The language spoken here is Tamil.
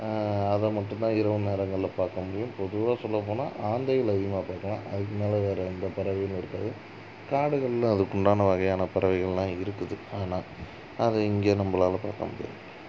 அதை மட்டுந்தான் இரவு நேரங்களில் பார்க்க முடியும் பொதுவாக சொல்லப்போனால் ஆந்தைகள் அதிகமாக பார்க்கலாம் அதுக்குமேலே வேறு எந்த பறவைகளும் இருக்காது காடுகளில் அதுக்கு உண்டான வகையான பறவைகள்லாம் இருக்குது ஆனால் அதை இங்கே நம்மளால் பார்க்க முடியாது